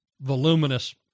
voluminous